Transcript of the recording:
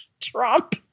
trump